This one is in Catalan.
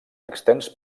extens